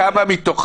כמה מתוך